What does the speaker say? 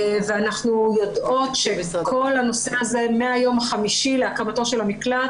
ואנחנו יודעות שכל הנושא הזה מהיום החמישי להקמתו של המקלט,